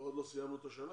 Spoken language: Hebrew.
עוד לא סיימנו את השנה.